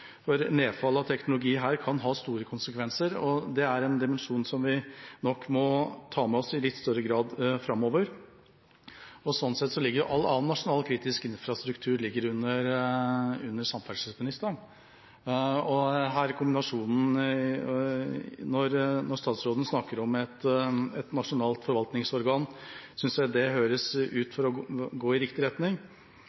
for nedfall av teknologi her kan ha store konsekvenser. Det er en dimensjon som vi nok må ta med oss i litt større grad framover. Sånn sett ligger jo all annen nasjonal kritisk infrastruktur under samferdselsministeren. Når statsråden snakker om et nasjonalt forvaltningsorgan, synes jeg det høres ut